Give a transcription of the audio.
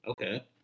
okay